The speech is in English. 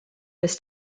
was